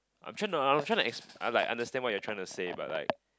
I'm tryna I'm tryna to I'm like understand what you trying to say but like